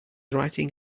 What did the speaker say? writing